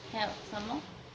health some more